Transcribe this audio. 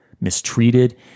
mistreated